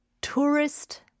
tourist